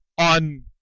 on